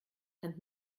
and